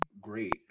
great